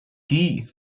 dee